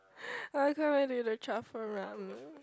I can't wait to eat the truffle ramen